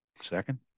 Second